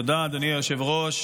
תודה, אדוני היושב-ראש.